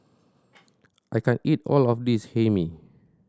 I can't eat all of this Hae Mee